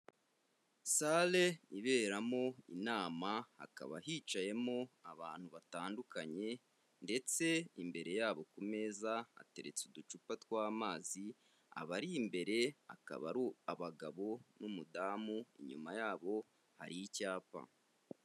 Sare iberamo inama hakaba hicayemo abantu batandukanye ndetse imbere yabo ku meza hateretse uducupa tw'amazi abari imbere bakaba ari abagabo n'umudamu, inyuma yabo hari icyapa.